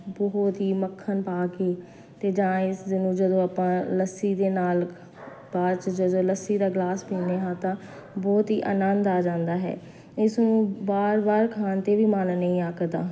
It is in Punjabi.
ਬਹੁਤ ਹੀ ਮੱਖਣ ਪਾ ਕੇ ਅਤੇ ਜਾਂ ਇਸ ਨੂੰ ਜਦੋਂ ਆਪਾਂ ਲੱਸੀ ਦੇ ਨਾਲ ਬਾਅਦ 'ਚ ਜਦੋਂ ਲੱਸੀ ਦਾ ਗਲਾਸ ਪੀਂਦੇ ਹਾਂ ਤਾਂ ਬਹੁਤ ਹੀ ਆਨੰਦ ਆ ਜਾਂਦਾ ਹੈ ਇਸ ਨੂੰ ਬਾਰ ਬਾਰ ਖਾਣ 'ਤੇ ਵੀ ਮਨ ਨਹੀਂ ਅੱਕਦਾ